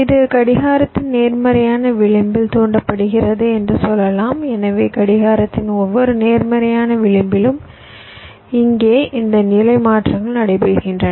இது கடிகாரத்தின் நேர்மறையான விளிம்பில் தூண்டப்படுகிறது என்று சொல்லலாம் எனவே கடிகாரத்தின் ஒவ்வொரு நேர்மறையான விளிம்பிலும் இங்கே இந்த நிலை மாற்றங்கள் நடைபெறுகின்றன